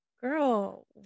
girl